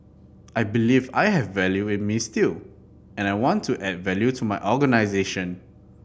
I believe I have value in me still and I want to add value to my organisation